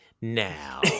now